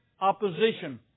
opposition